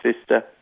sister